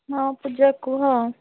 ହଁ ପୂଜା କୁହ